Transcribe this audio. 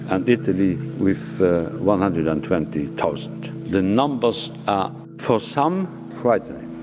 and italy with one hundred and twenty thousand. the numbers are for some frightening.